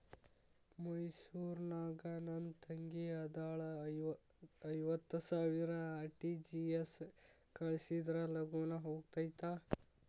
ಮೈಸೂರ್ ನಾಗ ನನ್ ತಂಗಿ ಅದಾಳ ಐವತ್ ಸಾವಿರ ಆರ್.ಟಿ.ಜಿ.ಎಸ್ ಕಳ್ಸಿದ್ರಾ ಲಗೂನ ಹೋಗತೈತ?